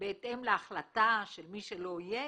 בהתאם להחלטה של מי שלא יהיה